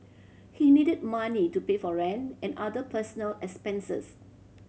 he needed money to pay for rent and other personal expenses